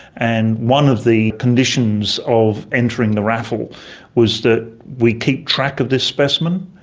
and one of the conditions of entering the raffle was that we keep track of this specimen,